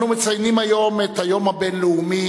אנו מציינים היום את היום הבין-לאומי